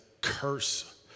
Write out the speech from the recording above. curse